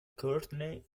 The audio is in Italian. courtney